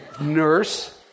nurse